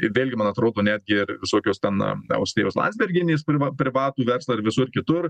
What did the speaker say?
į vėlgi man atrodo netgi visokios ten austėjos landsbergienės priva privatų verslą ir visur kitur